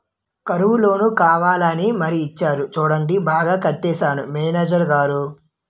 Car loan కావాలా అని మరీ ఇచ్చేరు చూడండి బాగా కట్టేశానా మేనేజరు గారూ?